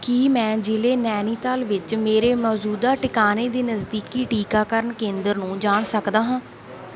ਕੀ ਮੈਂ ਜ਼ਿਲ੍ਹੇ ਨੈਨੀਤਾਲ ਵਿੱਚ ਮੇਰੇ ਮੌਜੂਦਾ ਟਿਕਾਨੇ ਦੇ ਨਜ਼ਦੀਕੀ ਟੀਕਾਕਰਨ ਕੇਂਦਰ ਨੂੰ ਜਾਣ ਸਕਦਾ ਹਾਂ